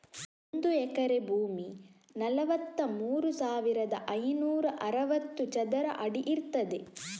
ಒಂದು ಎಕರೆ ಭೂಮಿ ನಲವತ್ತಮೂರು ಸಾವಿರದ ಐನೂರ ಅರವತ್ತು ಚದರ ಅಡಿ ಇರ್ತದೆ